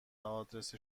آدرس